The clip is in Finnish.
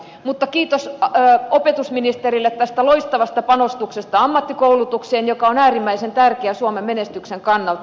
mutta kiitos opetusministerille tästä loistavasta panostuksesta ammattikoulutukseen joka on äärimmäisen tärkeä suomen menestyksen kannalta